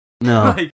No